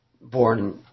born